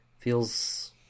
Feels